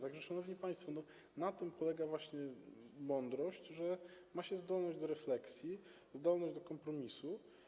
Tak że, szanowni państwo, na tym polega mądrość, że ma się zdolność do refleksji, zdolność do kompromisu.